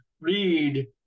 read